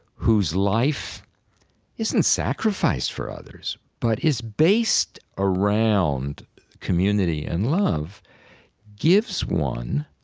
whose life isn't sacrificed for others but is based around community and love gives one